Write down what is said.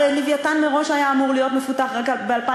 הרי "לווייתן" מראש היה אמור להיות מפותח רק ב-2018,